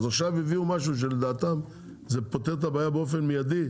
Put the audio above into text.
אז עכשיו הביאו משהו שלדעתם זה פותר את הבעיה באופן מיידי,